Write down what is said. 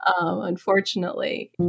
unfortunately